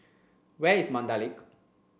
where is Mandai Lake